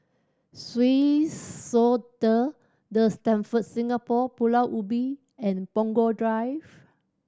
Swissotel The Stamford Singapore Pulau Ubin and Punggol Drive